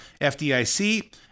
FDIC